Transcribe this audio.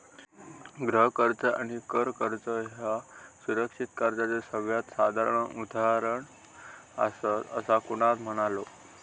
गृह कर्ज आणि कर कर्ज ह्ये सुरक्षित कर्जाचे सगळ्यात साधारण उदाहरणा आसात, असा कुणाल म्हणालो